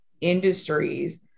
industries